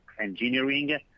engineering